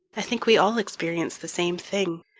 i think we all experience the same thing.